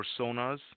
personas